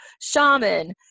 shaman